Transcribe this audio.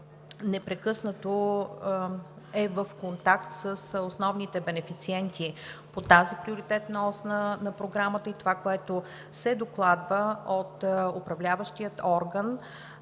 непрекъснато е в контакт с основните бенефициенти по тази приоритетна ос на Програмата и това, което се докладва от Управляващия орган,